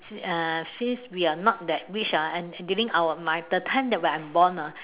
uh since we are not that rich ah and living at the time when I'm born ah